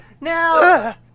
Now